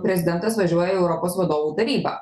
prezidentas važiuoja į europos vadovų tarybą